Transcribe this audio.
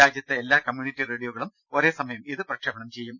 രാജ്യത്തെ എല്ലാ കമ്മ്യൂണിറ്റി റേഡിയോകളും ഒരേ സമയം ഇത് പ്രക്ഷേപണം ചെയ്യും